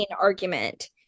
argument